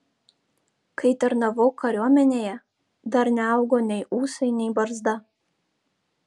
kai tarnavau kariuomenėje dar neaugo nei ūsai nei barzda